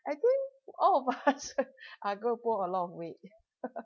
I think all of us are going to put on a lot of weight